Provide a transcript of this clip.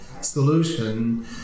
solution